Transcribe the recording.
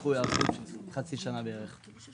יצטרכו היערכות של חצי שנה, בערך.